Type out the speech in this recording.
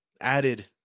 added